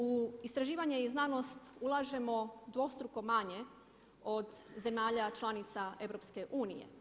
U istraživanje i znanost ulažemo dvostruko manje od zemalja članica EU.